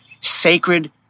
sacred